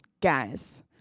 guys